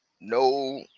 no